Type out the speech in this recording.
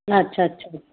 अच्छा अच्छा अच्छा